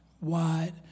wide